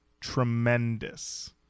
tremendous